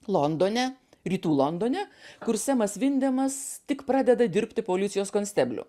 londone rytų londone kur semas vindemas tik pradeda dirbti policijos konstebliu